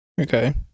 Okay